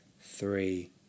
three